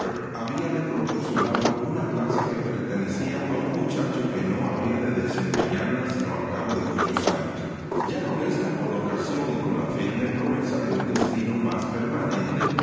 habíale proporcionado una plaza que per tenecía a un muchacho que no habría de desempeñarla sino al cabo de muchos años ya con esta colocación y con la firme promesa de un destino más permanente